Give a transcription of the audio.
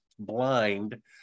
blind